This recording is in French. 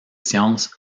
sciences